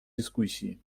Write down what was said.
дискуссии